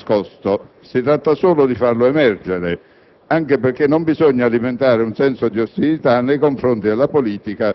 E' il nostro vero tesoro nascosto. Si tratta solo di farlo emergere, anche perché non bisogna alimentare un senso di ostilità nei confronti della politica,